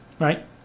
right